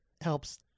helps